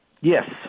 Yes